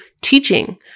teaching